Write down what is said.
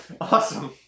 Awesome